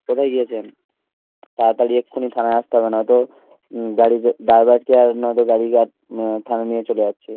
কোথায় গিয়েছেন তাড়াতাড়ি এক্ষুণি থানায় আসতে হবে নয়তো গাড়ির ড্রাইভারকে আর নয়তো গাড়ি থানায় নিয়ে চলে যাচ্ছি